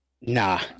Nah